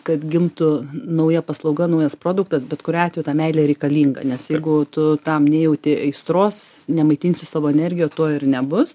kad gimtų nauja paslauga naujas produktas bet kuriuo atveju ta meilė reikalinga nes tam nejauti aistros nemaitinsi savo energija to ir nebus